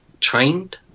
trained